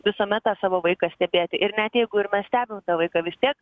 visuomet tą savo vaiką stebėti ir net jeigu ir mes stebim tą vaiką vis tiek